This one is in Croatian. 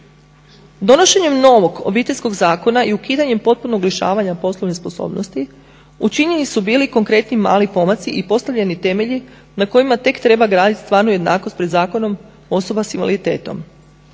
Donošenjem novog Obiteljskog zakona i ukidanjem potpunog lišavanja poslovne sposobnosti učinjeni su bili konkretni mali pomaci i postavljeni temelji na kojima tek treba graditi stvarnu jednakost pred zakonom osoba sa invaliditetom.